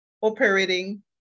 operating